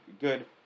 Good